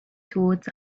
towards